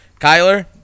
Kyler